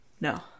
No